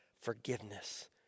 forgiveness